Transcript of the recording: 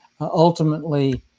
ultimately